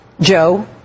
Joe